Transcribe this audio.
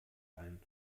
ein